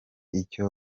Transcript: icyo